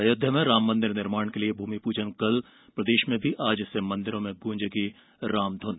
अयोध्या में राममंदिर निर्माण के लिए भूमिपूजन कल प्रदेश में भी आज से मंदिरों में गूजेंगी रामधुन